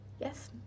Yes